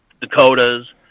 Dakotas